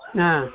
ಹಾಂ